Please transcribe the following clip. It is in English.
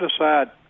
aside